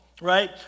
right